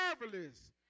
marvelous